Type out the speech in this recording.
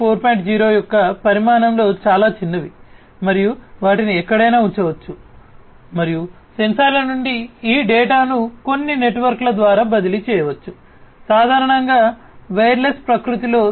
0 యొక్క పరిమాణంలో చాలా చిన్నవి మరియు వాటిని ఎక్కడైనా ఉంచవచ్చు మరియు సెన్సార్ల నుండి ఈ డేటాను కొన్ని నెట్వర్క్ల ద్వారా బదిలీ చేయవచ్చు సాధారణంగా వైర్లెస్ ప్రకృతిలో